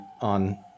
on